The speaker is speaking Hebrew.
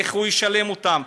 איך הוא ישלם אותם?